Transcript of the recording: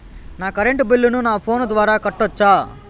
నా కరెంటు బిల్లును నా ఫోను ద్వారా కట్టొచ్చా?